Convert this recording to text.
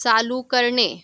चालू करणे